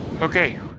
Okay